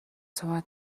цуваа